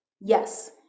Yes